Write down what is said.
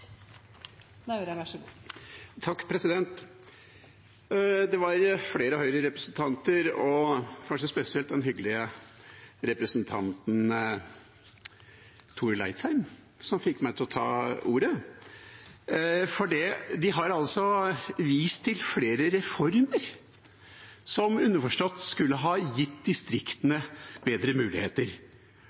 Det var flere Høyre-representanter og kanskje spesielt den hyggelige representanten Torill Eidsheim som fikk meg til å ta ordet, for de har altså vist til flere reformer som underforstått skulle ha gitt distriktene bedre muligheter.